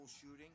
shooting